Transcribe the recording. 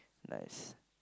nice